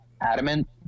adamant